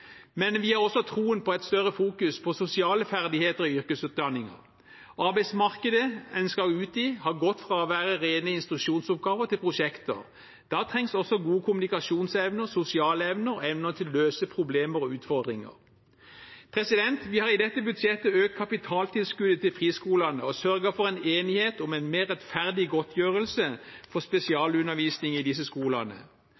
Men vi har også troen på et større fokus på sosiale ferdigheter i yrkesutdanningen. Arbeidsmarkedet en skal ut i, har gått fra å være rene instruksjonsoppgaver til prosjekter. Da trengs også gode kommunikasjonsevner, sosiale evner og evner til å løse problemer og utfordringer. Vi har i dette budsjettet økt kapitaltilskuddet til friskolene og sørget for en enighet om en mer rettferdig godtgjørelse for